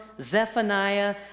Zephaniah